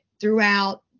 throughout